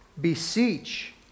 beseech